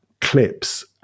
clips